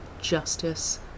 justice